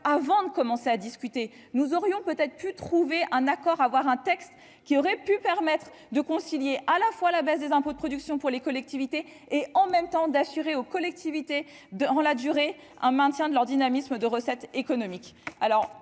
avant de commencer à discuter, nous aurions peut-être pu trouver un accord à avoir un texte qui aurait pu permettre de concilier à la fois la baisse des impôts de production pour les collectivités, et en même temps d'assurer aux collectivités dans la durée, un maintien de leur dynamisme de recettes économiques,